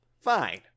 Fine